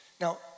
Now